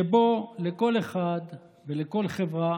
שבו לכל אחד ולכל חברה